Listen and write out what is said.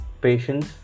patience